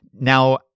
Now